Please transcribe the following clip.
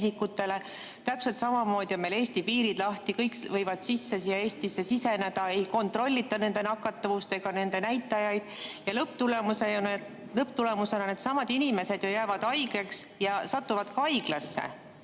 Täpselt samamoodi on meil Eesti piirid lahti, kõik võivad Eestisse siseneda, ei kontrollita nende nakatumist ega muid näitajaid. Lõpptulemusena need inimesed jäävad haigeks ja satuvad ka haiglasse.